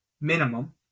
minimum